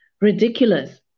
ridiculous